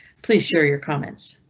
please share your comments.